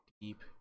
deep